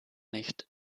nicht